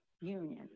union